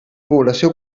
població